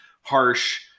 harsh